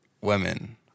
women